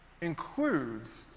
includes